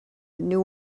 new